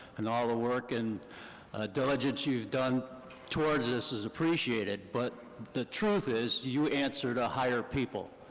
and all the work, and diligence you've done towards this is appreciated. but the truth is, you answer to higher people,